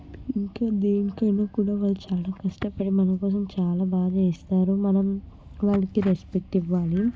ఇంకా దేనికైనా కూడా వాళ్ళు చాలా కష్టపడి మనకోసం చాలా బాగా చేస్తారు మనం వాళ్ళకి రెస్పెక్ట్ ఇవ్వాలి